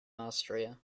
austria